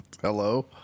Hello